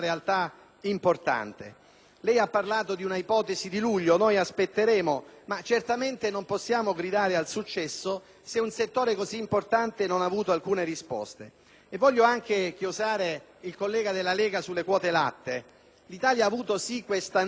Lei ha parlato di un'ipotesi di luglio, noi aspetteremo, ma non possiamo gridare al successo se un settore così importante non ha avuto alcuna risposta. Vorrei chiosare il collega della Lega sulle quote latte. L'Italia ha avuto un anticipo del 6